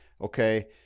okay